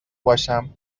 باشم